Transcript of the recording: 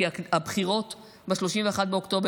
כי הבחירות ב-31 באוקטובר.